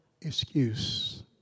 excuse